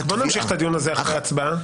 בואו נמשיך את הדיון הזה אחרי הצבעה.